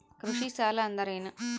ಕೃಷಿ ಸಾಲ ಅಂದರೇನು?